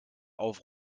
auf